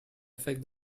affect